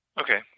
Okay